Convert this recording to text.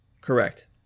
Correct